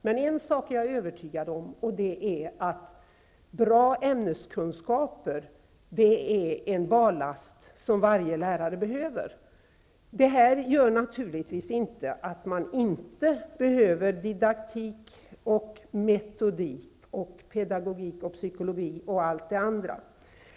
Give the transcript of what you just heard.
Men jag är övertygad om att goda ämneskunskaper är en bra last som alla lärare behöver. Detta utesluter inte att man behöver didaktik, metodik, pedagogik, psykologi och allt det andra.